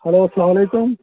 hello اسلام علیکُم